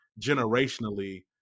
generationally